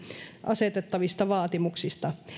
asetettavista vaatimuksista